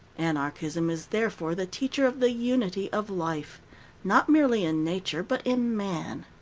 anarchism is therefore the teacher of the unity of life not merely in nature, but in man.